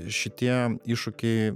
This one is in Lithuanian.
šitie iššūkiai